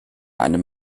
einem